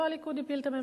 לא הליכוד הפיל את הממשלה.